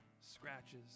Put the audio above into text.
scratches